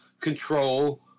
control